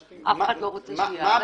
אף אחד לא רוצה שמישהו